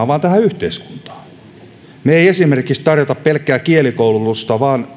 vaan tähän yhteiskuntaan me emme esimerkiksi tarjoa pelkkää kielikoulutusta vaan